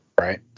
Right